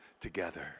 together